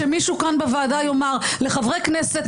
שמישהו כאן בוועדה יאמר לחברי כנסת,